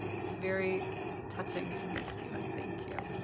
it's very touching to me stephen, thank you.